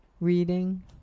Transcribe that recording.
reading